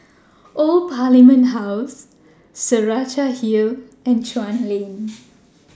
Old Parliament House Saraca Hill and Chuan Lane